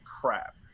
crap